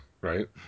Right